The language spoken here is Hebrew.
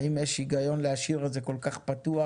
האם יש היגיון להשאיר את זה כל כך פתוח?